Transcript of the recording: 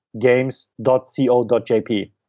games.co.jp